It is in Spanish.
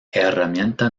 herramienta